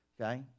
okay